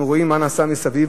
אנחנו רואים מה נעשה מסביב,